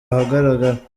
ahagaragara